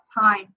time